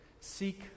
Seek